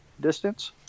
distance